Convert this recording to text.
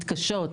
מתקשות,